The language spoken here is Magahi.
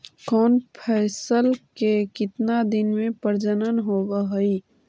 कौन फैसल के कितना दिन मे परजनन होब हय?